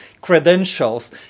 credentials